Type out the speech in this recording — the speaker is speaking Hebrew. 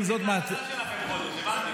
--- להחלטה שלכם חודש, הבנתי.